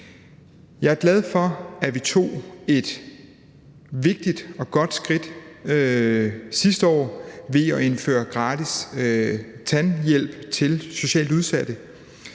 Jeg er glad for, at vi tog et vigtigt og godt skridt sidste år ved at indføre gratis tandhjælp til socialt udsatte.